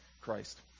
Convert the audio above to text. Christ